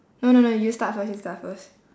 no no no you start first you start first